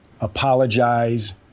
apologize